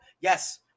Yes